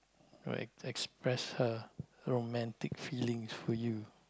alright express her romantic feelings for you